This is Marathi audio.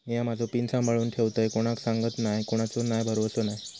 मिया माझो पिन सांभाळुन ठेवतय कोणाक सांगत नाय कोणाचो काय भरवसो नाय